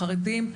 חרדים,